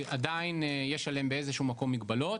שעדיין יש עליהם באיזה שהוא מקום מגבלות,